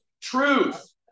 truth